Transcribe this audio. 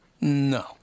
No